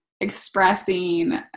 expressing